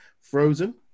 Frozen